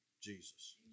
Jesus